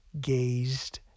gazed